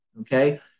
Okay